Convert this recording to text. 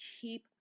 keep